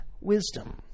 wisdom